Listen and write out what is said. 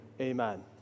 amen